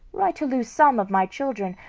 were i to lose some of my children,